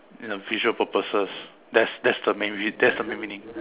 ya visual purposes that's that's the main rea~ that's the real meaning